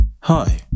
Hi